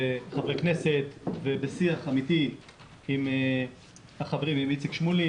בשיח אמיתי עם חברי כנסת,